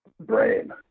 brain